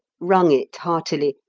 wrung it heartily,